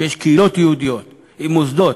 שיש קהילות יהודיות עם מוסדות,